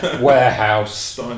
warehouse